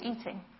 eating